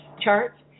charts